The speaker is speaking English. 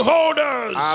Holders